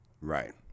Right